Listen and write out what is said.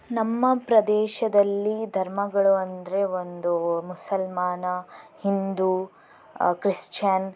ನಮ್ಮ ಪ್ರದೇಶದಲ್ಲಿ ಧರ್ಮಗಳು ಅಂದರೆ ಒಂದು ಮುಸಲ್ಮಾನ ಹಿಂದೂ ಕ್ರಿಸ್ಚ್ಯನ್